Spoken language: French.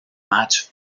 match